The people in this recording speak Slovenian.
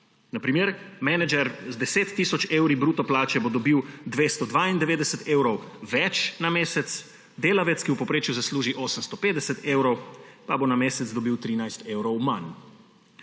Na primer, menedžer z 10 tisoč evri bruto plače bo dobil 292 evrov več na mesec; delavec, ki v povprečju zasluži 850 evrov, pa bo na mesec dobil 13 evrov manj.